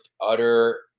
utter